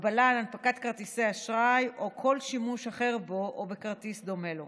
הגבלת הנפקת כרטיס אשראי או כל שימוש אחר בו או בכרטיס דומה לו.